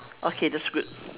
okay that's good